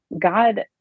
God